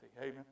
Amen